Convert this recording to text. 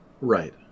Right